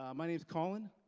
um my name is colin.